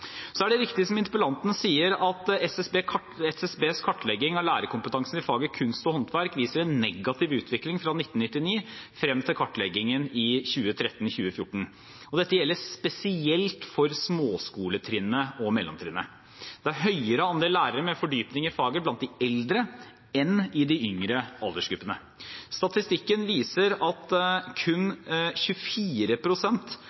Så er det riktig, som interpellanten sier, at SSBs kartlegging av lærerkompetansen i faget kunst og håndverk viser en negativ utvikling fra 1999 frem til kartleggingen i 2013–2014. Dette gjelder spesielt for småskoletrinnet og mellomtrinnet. Det er en høyere andel lærere med fordypning i faget blant de eldre enn i de yngre aldersgruppene. Statistikken viser at kun